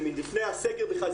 זה מלפני הסגר בכלל,